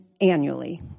annually